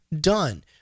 done